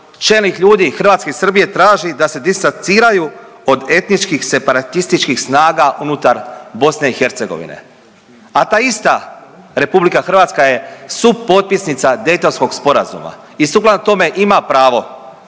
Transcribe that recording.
čelnih ljudi Hrvatske i Srbije traži da se distanciraju od etničkih i separatističkih snaga unutar BiH, a ta ista RH je supotpisnica Daytonskog sporazuma i sukladno tome ima pravo